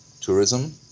tourism